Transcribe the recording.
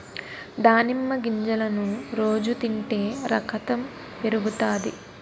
దానిమ్మ గింజలను రోజు తింటే రకతం పెరుగుతాది